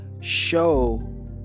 show